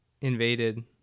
invaded